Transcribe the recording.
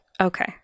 Okay